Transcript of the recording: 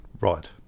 right